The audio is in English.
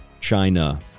China